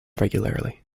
regularly